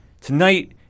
tonight